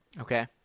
Okay